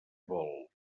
vol